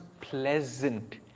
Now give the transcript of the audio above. pleasant